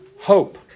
hope